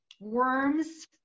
worms